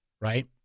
right